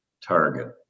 target